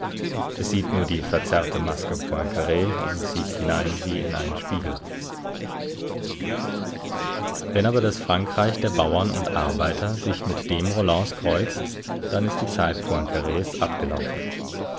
es sieht nur die verzerrte maske poincar und sieht hinein wie in einen spiegel wenn aber das frankreich der bauern und arbeiter sich mit dem rollands kreuzt dann ist die zeit poincars abgelaufen